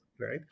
right